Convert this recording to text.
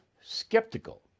skeptical